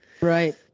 Right